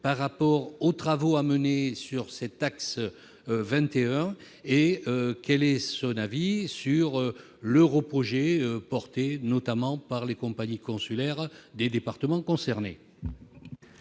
par rapport aux travaux à mener sur cet axe 21 et son avis sur l'europrojet soutenu- notamment -par les compagnies consulaires des départements concernés.